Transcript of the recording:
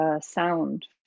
sound